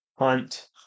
hunt